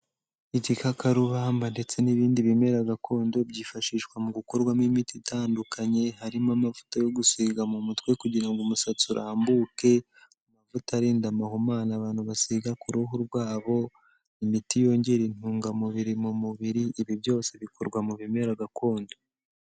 Igikakarubamba ndetse n'ibindi bimera gakondo byifashishwa mu gukorwamo imiti itandukanye, harimo amavuta yo gusiga mu mutwe kugira ngo umusatsi urambuke, amavuta arinda amahumane abantu basiga ku ruhu rwabo, imiti yongera intungamubiri mu mubiri, ibi byose bikorwa mu bimera gakondo.